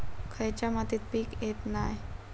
खयच्या मातीत पीक येत नाय?